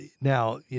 Now